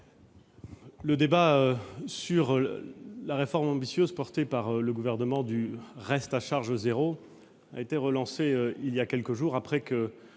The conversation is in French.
le débat sur la mise en oeuvre ambitieuse par le Gouvernement du reste à charge zéro a été relancé il y a quelques jours après qu'une